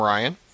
Ryan